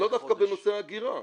לאו דווקא בנושא ההגירה,